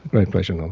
my pleasure, norman.